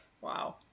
Wow